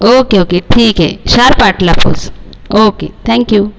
okay okay ठीक आहे sharp आठला पोच ओके थँक यू